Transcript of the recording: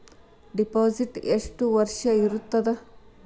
Deposit ಎಷ್ಟು ವರ್ಷ ಇರುತ್ತದೆ?